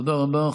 תודה רבה.